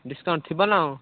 discount ଥିବ ନା